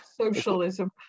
socialism